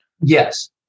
Yes